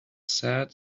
said